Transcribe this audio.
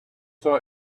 saw